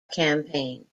campaign